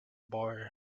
boy